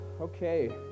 Okay